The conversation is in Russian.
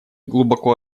глубоко